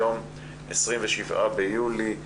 היום 27 ביולי 2020,